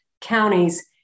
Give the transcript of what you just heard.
counties